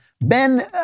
Ben